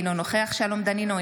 אינו נוכח שלום דנינו,